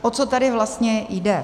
O co tady vlastně jde?